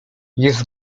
jest